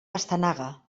pastanaga